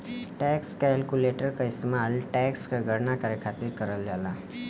tax calculator क इस्तेमाल tax क गणना करे खातिर करल जाला